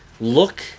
look